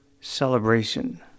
Celebration